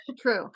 true